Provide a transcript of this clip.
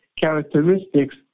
characteristics